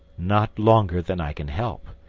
not longer than i can help.